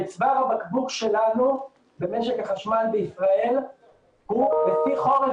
צוואר הבקבוק שלנו במשק החשמל בישראל הוא לפי חורף